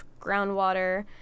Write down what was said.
groundwater